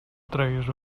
treguis